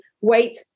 Wait